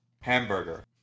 Hamburger